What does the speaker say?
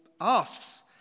asks